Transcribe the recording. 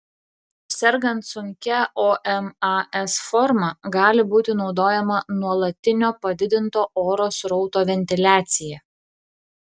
sergant sunkia omas forma gali būti naudojama nuolatinio padidinto oro srauto ventiliacija